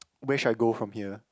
where should I go from here